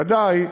ודאי,